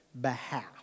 behalf